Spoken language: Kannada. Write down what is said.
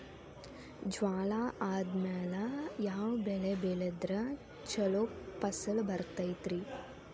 ಜ್ವಾಳಾ ಆದ್ಮೇಲ ಯಾವ ಬೆಳೆ ಬೆಳೆದ್ರ ಛಲೋ ಫಸಲ್ ಬರತೈತ್ರಿ?